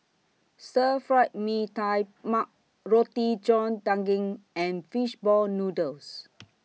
Stir Fried Mee Tai Mak Roti John Daging and Fish Ball Noodles